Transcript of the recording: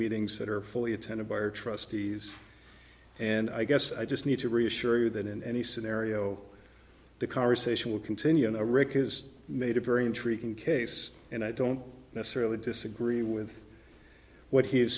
meetings that are fully attended by are trustees and i guess i just need to reassure you that in any scenario the conversation will continue in a rick has made a very intriguing case and i don't necessarily disagree with what he's